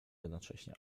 jednocześnie